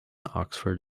oxford